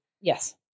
Yes